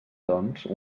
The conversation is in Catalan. doncs